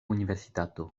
universitato